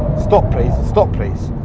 stop please. stop please.